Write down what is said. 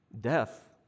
Death